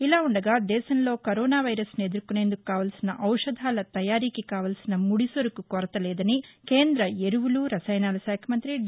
ఇలా ఉండగా దేశంలో కరోనా వైరస్ను ఎదుర్కొనేందుకు కావలసిన ఔషధాల తయారీకి కావల్సిన ముడిసరకు కొరతలేదని కేంద్ర ఎరువులు రసాయనాల శాఖ మంత్రి డి